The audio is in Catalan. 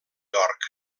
york